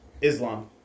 Islam